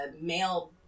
male